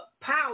power